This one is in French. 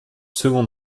seconde